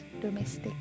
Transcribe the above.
Domestic